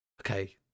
okay